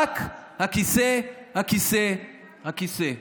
רק הכיסא, הכיסא, הכיסא.